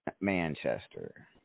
Manchester